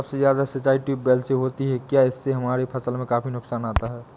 सबसे ज्यादा सिंचाई ट्यूबवेल से होती है क्या इससे हमारे फसल में काफी नुकसान आता है?